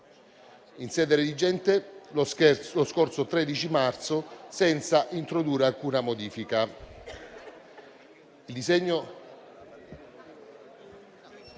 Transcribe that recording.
in sede redigente lo scorso 13 marzo senza introdurre alcuna modifica.